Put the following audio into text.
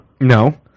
No